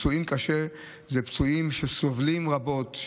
פצועים קשה הם פצועים שסובלים רבות,